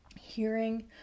hearing